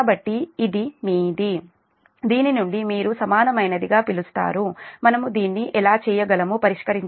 కాబట్టి ఇది మీది దీని నుండి మీరు సమానమైనది గా పిలుస్తారు మనము దీన్ని ఎలా చేయగలమో పరిష్కరించాలి